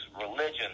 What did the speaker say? religion